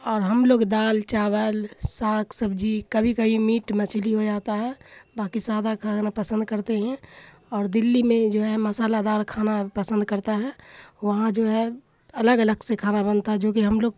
اور ہم لوگ دال چاول ساگ سبزی کبھی کبھی میٹ مچھلی ہو جاتا ہے باقی سادہ کھانا پسند کرتے ہیں اور دلّی میں جو ہے مصالحہ دار کھانا پسند کرتا ہے وہاں جو ہے الگ الگ سے کھانا بنتا ہے جوکہ ہم لوگ